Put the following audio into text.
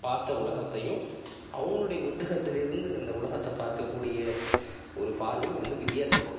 பார்த்த உலகத்தையும் அவங்களுடைய புத்தகத்தில் இருந்து அந்த உலகத்தை பார்க்கக்கூடிய ஒரு பார்வையும் வந்து வித்தியாசப்படும்